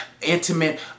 intimate